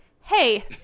Hey